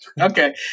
Okay